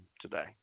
today